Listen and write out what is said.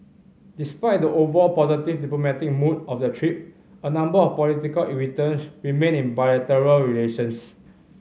despite the overall positive diplomatic mood of the trip a number of political irritants remain in bilateral relations